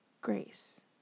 grace